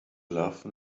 love